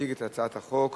יציג את הצעת החוק